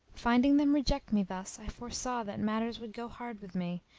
finding them reject me thus i foresaw that matters would go hard with me,